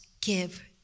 give